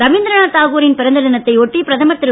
ரவீந்திரநாத் தாகூரின் பிறந்த தினத்தை ஒட்டி பிரதமர் திரு